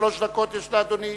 שלוש דקות יש לאדוני.